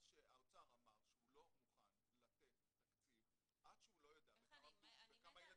האוצר אמר שהוא לא מוכן לתת תקציב עד שהוא לא יידע בכמה ילדים מדובר.